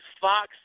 Fox